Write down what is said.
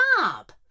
up